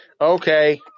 Okay